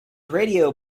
radio